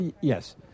Yes